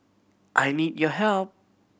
I need your help